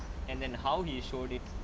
and then how he showed it